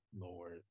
Lord